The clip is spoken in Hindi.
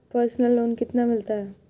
पर्सनल लोन कितना मिलता है?